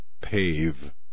pave